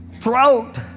throat